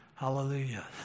Hallelujah